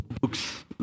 books